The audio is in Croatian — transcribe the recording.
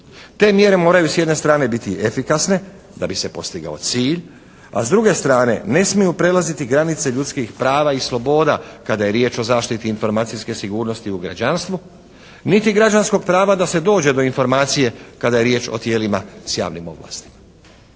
Te mjere moraju s jedne strane biti efikasne da bi se postigao cilj, a s druge strane ne smiju prelaziti granice ljudskih prava i sloboda kada je riječ o zaštiti informacijske sigurnosti u građanstvu niti građanskog prava da se dođe do informacije kada je riječ o tijelima s javnim ovlastima.